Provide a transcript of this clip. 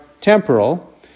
temporal